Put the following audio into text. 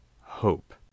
hope